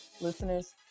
Listeners